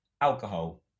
alcohol